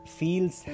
feels